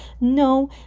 No